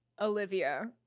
Olivia